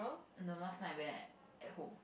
I know last night where at home